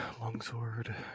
longsword